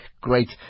Great